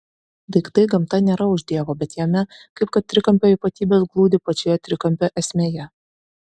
daiktai gamta nėra už dievo bet jame kaip kad trikampio ypatybės glūdi pačioje trikampio esmėje